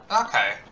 Okay